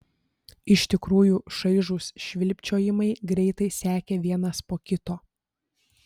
iš tikrųjų šaižūs švilpčiojimai greitai sekė vienas po kito